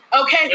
Okay